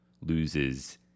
loses